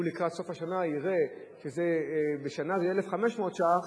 שלקראת סוף השנה יראה שבשנה זה 1,500 ש"ח.